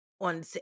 On